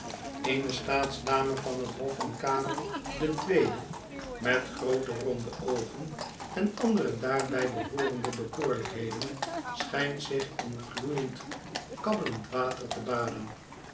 eene staatsdame van het hof van karel den tweeden met groote ronde oogen en andere daarbij behoorende bekoorlijkheden schijnt zich in gloeiend kabbelend water te baden